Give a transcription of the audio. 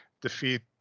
defeat